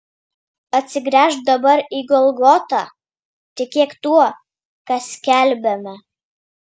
atsigręžk dabar į golgotą tikėk tuo ką skelbiame